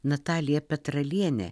natalija petralienė